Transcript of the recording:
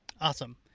Awesome